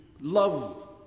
love